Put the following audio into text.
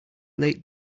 late